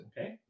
Okay